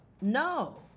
No